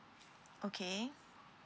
okay